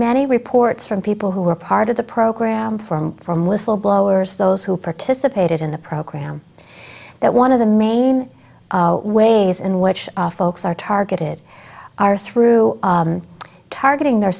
many reports from people who were part of the program from from whistleblowers those who participated in the program that one of the main ways in which folks are targeted are through targeting the